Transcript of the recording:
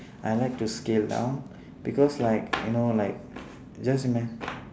I like to scale down because like you know like just ima~